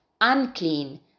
unclean